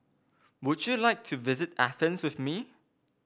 would you like to visit Athens with me